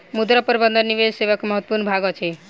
मुद्रा प्रबंधन निवेश सेवा के महत्वपूर्ण भाग अछि